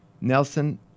Nelson